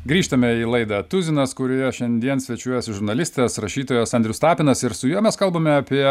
grįžtame į laidą tuzinas kurioje šiandien svečiuojasi žurnalistas rašytojas andrius tapinas ir su juo mes kalbame apie